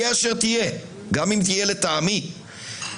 גם אם תהיה לטעמי,